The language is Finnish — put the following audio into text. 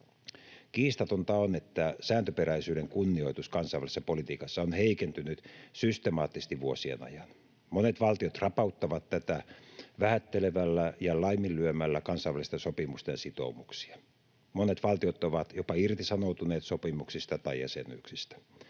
Kiistatonta on, että sääntöperäisyyden kunnioitus kansainvälisessä politiikassa on heikentynyt systemaattisesti vuosien ajan. Monet valtiot rapauttavat tätä vähättelemällä ja laiminlyömällä kansainvälisten sopimusten sitoumuksia. Monet valtiot ovat jopa irtisanoutuneet sopimuksista tai jäsenyyksistä.